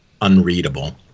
unreadable